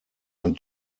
ein